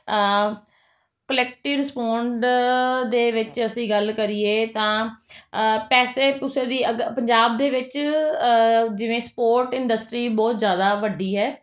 ਕੋਲੈਕਟੀ respond ਦੇ ਵਿੱਚ ਅਸੀਂ ਗੱਲ ਕਰੀਏ ਤਾਂ ਪੈਸੇ ਪੂਸੇ ਦੀ ਅਗ ਪੰਜਾਬ ਦੇ ਵਿੱਚ ਜਿਵੇਂ ਸਪੋਰਟ ਇੰਡਸਟਰੀ ਬਹੁਤ ਜ਼ਿਆਦਾ ਵੱਡੀ ਹੈ